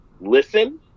Listen